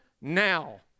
now